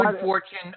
fortune